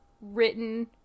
written